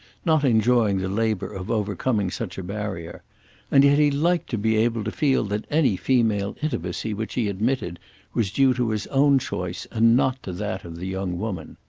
not enjoying the labour of overcoming such a barrier and yet he liked to be able to feel that any female intimacy which he admitted was due to his own choice and not to that of the young woman.